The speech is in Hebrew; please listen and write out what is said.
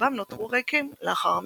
ורובם נותרו ריקים לאחר המלחמה.